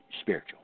spiritual